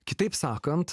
kitaip sakant